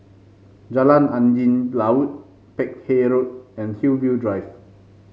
Jalan Angin Laut Peck Hay Road and Hillview Drive